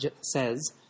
says